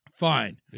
Fine